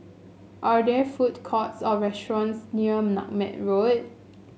are there food courts or restaurants near Nutmeg Road